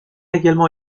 également